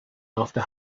after